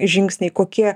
žingsniai kokie